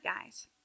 guys